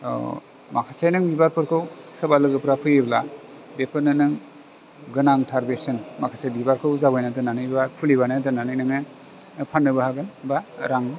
माखासे नों बिबारफोरखौ सोरबा लोगोफ्रा फैयोब्ला बेफोरनो नों गोनांथार बेसेन माखासे बिबारखौ जावैना दोननानै बा फुलि बानायना दोननानै नोङो फाननोबो हागोन बा रां